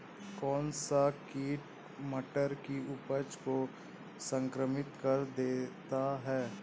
कौन सा कीट मटर की उपज को संक्रमित कर देता है?